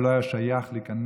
אבל לא היה שייך להיכנס,